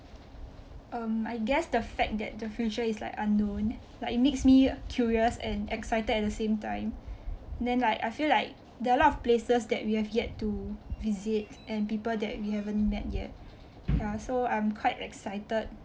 um I guess the fact that the future is like unknown like it makes me curious and excited at the same time and then like I feel like there are a lot of places that we have yet to visit and people that we haven't met yet ya so I am quite excited